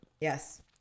Yes